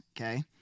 okay